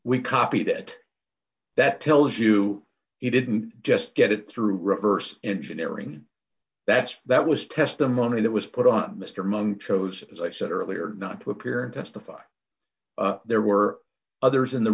we copied it that tells you it didn't just get it through reverse engineering that's that was testimony that was put on mr monk chose as i said earlier not to appear testify there were others in the